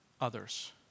others